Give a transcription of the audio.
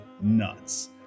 nuts